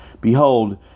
Behold